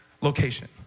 location